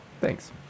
Thanks